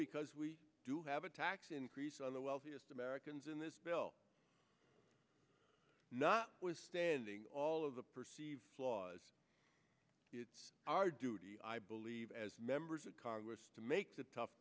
because we do have a tax increase on the wealthiest americans in this bill not withstanding all of the perceived flaws it's our duty i believe as members of congress to make the tough